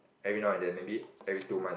every now and then maybe every two month